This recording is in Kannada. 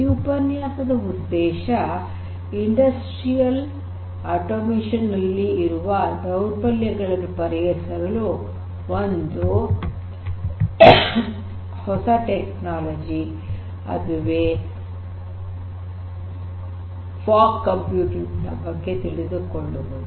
ಈ ಉಪನ್ಯಾಸದ ಉದ್ದೇಶ ಇಂಡಸ್ಟ್ರಿಯಲ್ ಆಟೋಮೇಷನ್ ನಲ್ಲಿ ಇರುವ ದೌರ್ಬಲ್ಯಗಳನ್ನು ಪರಿಹರಿಸಲು ಒಂದು ಹೊಸ ತಂತ್ರಜ್ಞಾನ ಅದುವೇ ಫಾಗ್ ಕಂಪ್ಯೂಟಿಂಗ್ ನ ಬಗ್ಗೆ ತಿಳಿದುಕೊಳ್ಳುವುದು